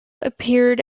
appeared